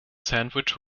sandwich